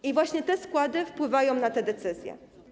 I właśnie te składy wpływają na te decyzje.